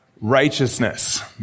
righteousness